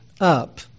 up